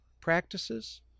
practices